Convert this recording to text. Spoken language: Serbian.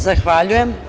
Zahvaljujem.